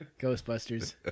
Ghostbusters